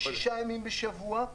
שישה ימים בשבוע,